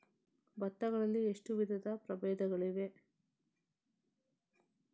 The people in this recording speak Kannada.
ಭತ್ತ ಗಳಲ್ಲಿ ಎಷ್ಟು ವಿಧದ ಪ್ರಬೇಧಗಳಿವೆ?